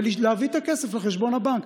ולהביא את הכסף לחשבון הבנק.